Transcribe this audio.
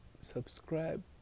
subscribe